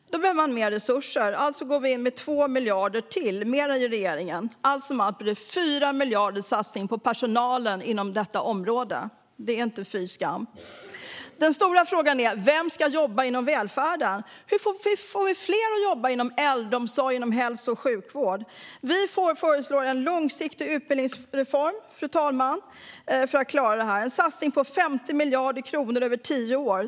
Då behövs mer resurser. Därför går vi in med 2 miljarder mer än regeringen. Allt som allt blir det 4 miljarder i satsningen på personalen inom detta område. Det är inte fy skam. Den stora frågan är: Vem ska jobba inom välfärden? Hur får vi fler att jobba inom äldreomsorgen och hälso och sjukvården? Vi föreslår en långsiktig utbildningsreform, fru talman, för att klara detta. Vi har en satsning på 50 miljarder kronor över tio år.